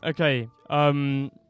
Okay